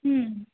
ಹ್ಞೂ